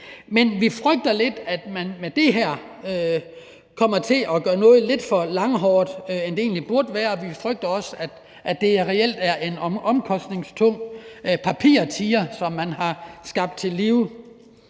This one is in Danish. men vi frygter lidt, at man med det her kommer til at gøre noget lidt for langhåret, mere end det egentlig burde være, og vi frygter også, at det reelt er en omkostningstung papirtiger, som man har vakt til live.